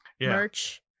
merch